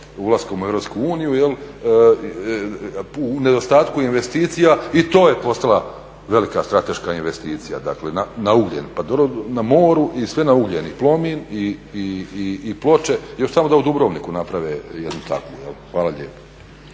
ulaskom u EU. U nedostatku investicija i to e postala velika strateška investicija na ugljen. Na moru i sve na ugljen i Plomin i Ploče, još samo da u Dubrovniku naprave jednu takvu. Hvala lijepo.